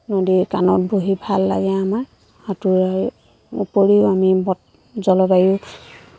নদীৰ কাণত বহি ভাল লাগে আমাৰ সাঁতোৰাৰ উপৰিও আমি ব জলবায়ু